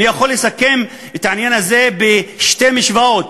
אני יכול לסכם את העניין הזה בשתי משוואות.